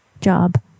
Job